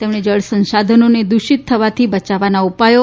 તેમણે જળ સંશાધનોને દૂષિત થવાની બચાવવાનાં ઉપાયો